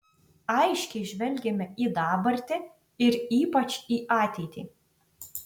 aiškiai žvelgiame į dabartį ir ypač į ateitį